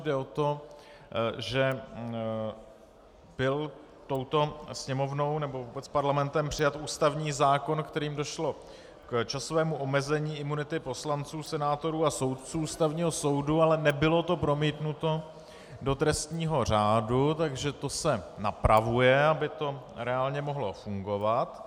Jde o to, že byl touto Sněmovnou nebo vůbec Parlamentem přijat ústavní zákon, kterým došlo k časovému omezení imunity poslanců, senátorů a soudců Ústavního soudu, ale nebylo to promítnuto do trestního řádu, takže to se napravuje, aby to mohlo reálně fungovat.